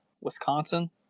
Wisconsin